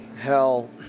hell